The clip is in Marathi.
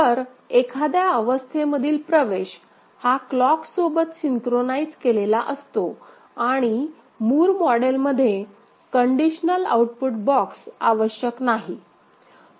तर एखाद्या अवस्थेमधील प्रवेश हा क्लॉक सोबत सिंक्रोनाइज केलेला असतो आणि मूर मॉडेलमध्ये कंडिशनल आउटपुट बॉक्स आवश्यक नाही